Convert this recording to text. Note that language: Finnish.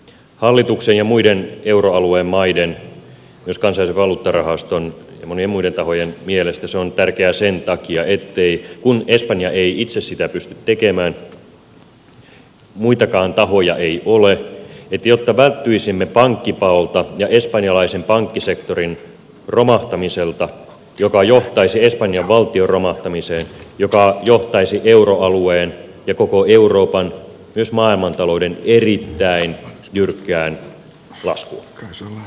hallituksen ja muiden euroalueen maiden myös kansainvälisen valuuttarahaston ja monien muiden tahojen mielestä se on tärkeää sen takia kun espanja ei itse sitä pysty tekemään muitakaan tahoja ei ole että välttyisimme pankkipaolta ja espanjalaisen pankkisektorin romahtamiselta joka johtaisi espanjan valtion romahtamiseen joka johtaisi euroalueen ja koko euroopan myös maailmantalouden erittäin jyrkkään laskuun